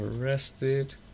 Arrested